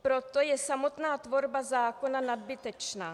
Proto je samotná tvorba zákona nadbytečná.